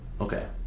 Okay